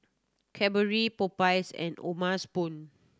Cadbury Popeyes and O'ma's spoon